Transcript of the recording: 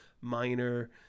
minor